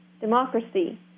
democracy